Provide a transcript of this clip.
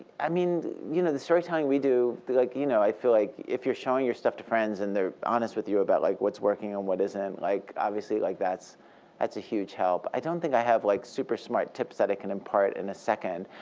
i mean you know the storytelling we do, like you know i feel like if you're showing your stuff to friends and they're honest with you about like what's working and what isn't, like obviously, like that's that's a huge help. i don't think i have like super smart tips that i can impart in a second.